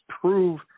prove